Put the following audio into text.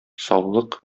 саулык